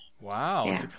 wow